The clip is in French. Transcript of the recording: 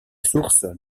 source